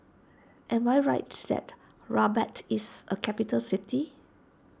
am I right that Rabat is a capital city